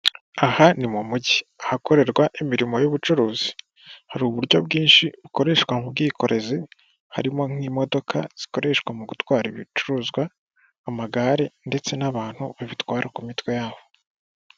Aha ni mu mujyi ahakorerwa imirimo y'ubucuruzi, hari uburyo bwinshi ukoreshwa mu bwikorezi harimo nk'imodoka zikoreshwa mu gutwara ibicuruzwa, amagare ndetse n'abantu babitwara ku mitwe yabo.